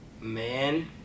man